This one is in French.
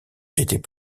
étaient